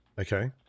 Okay